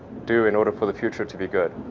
do in order for the future to be good.